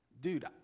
Dude